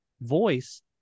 voice